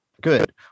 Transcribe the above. good